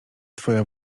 twoja